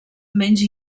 menys